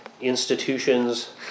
institutions